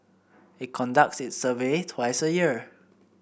it conducts its survey twice a year